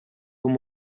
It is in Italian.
come